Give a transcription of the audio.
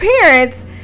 parents